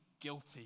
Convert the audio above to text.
guilty